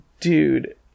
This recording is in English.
dude